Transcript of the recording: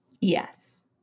Yes